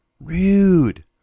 rude